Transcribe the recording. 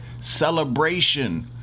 Celebration